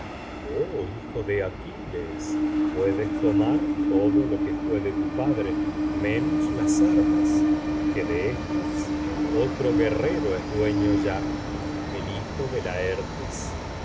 oh hijo de aquiles puedes tomar todo lo que fué de tu padre me nos las armas que de éstas otro guerrero es dueño ya el hijo de laertes